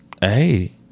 hey